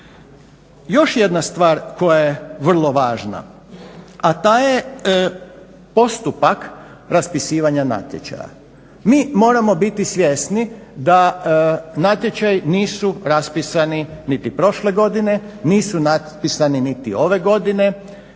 Još jedna stvar koja je vrlo važna, a ta je postupak raspisivanja natječaja. Mi moramo biti svjesni da natječaji nisu raspisani niti prošle godine, nisu raspisani niti ove godine,